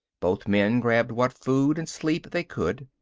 both men grabbed what food and sleep they could.